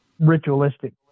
Ritualistic